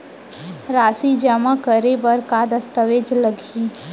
राशि जेमा करे बर का दस्तावेज लागही?